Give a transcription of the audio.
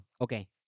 Okay